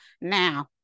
Now